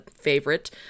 favorite